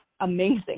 amazing